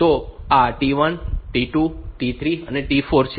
તો આ T1 T2 T3 અને T4 છે